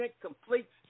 complete